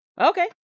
Okay